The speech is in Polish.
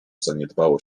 zaniedbało